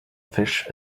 fish